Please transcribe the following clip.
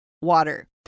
water